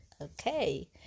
Okay